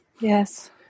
Yes